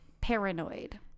Paranoid